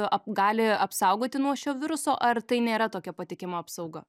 ap gali apsaugoti nuo šio viruso ar tai nėra tokia patikima apsauga